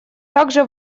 также